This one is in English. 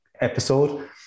episode